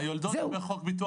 היולדות זה מכוח חוק ביטוח